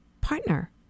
partner